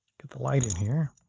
get the light in here.